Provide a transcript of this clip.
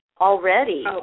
already